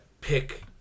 pick